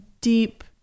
deep